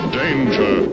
danger